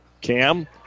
Cam